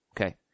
Okay